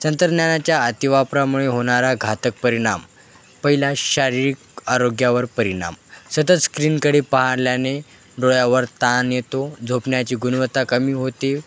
तंत्रज्ञानाच्या अतिवापरामुळे होणारा घातक परिणाम पहिला शारीरिक आरोग्यावर परिणाम सतत स्क्रीनकडे पाहिल्याने डोळ्यावर ताण येतो झोपण्याची गुणवत्ता कमी होते